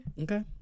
Okay